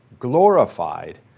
glorified